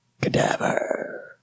cadaver